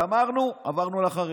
גמרנו, עברנו לחרדים.